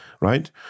Right